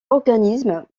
organismes